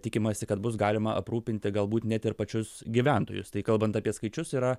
tikimasi kad bus galima aprūpinti galbūt net ir pačius gyventojus tai kalbant apie skaičius yra